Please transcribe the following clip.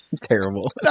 Terrible